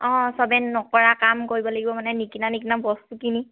অঁ সবে নকৰা কাম কৰিব লাগিব মানে নিকিনা নিকিনা বস্তু কিনি